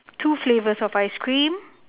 two flavours of ice cream